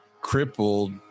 crippled